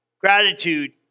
Gratitude